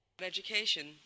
education